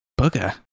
Bugger